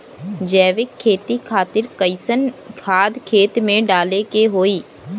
जैविक खेती खातिर कैसन खाद खेत मे डाले के होई?